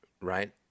right